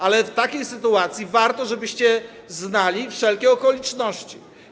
Ale w takiej sytuacji warto, żebyście znali wszelkie okoliczności.